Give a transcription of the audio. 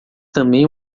também